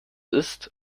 ist